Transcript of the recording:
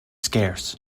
scarce